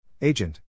Agent